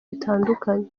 bitandukanye